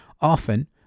Often